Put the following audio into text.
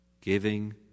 giving